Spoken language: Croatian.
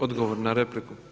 Odgovor na repliku.